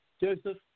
Joseph